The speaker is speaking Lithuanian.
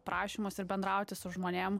prašymus ir bendrauti su žmonėm